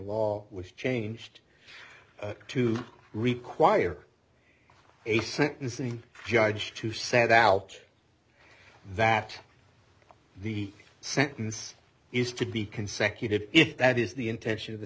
law was changed to require a sentencing judge to send out that the sentence is to be consecutive that is the intention of the